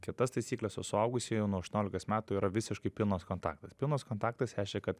kitas taisykles o suaugusieji jau nuo aštuoniolikos metų yra visiškai pilnas kontaktas pilnas kontaktas reiškia kad